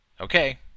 Okay